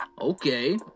Okay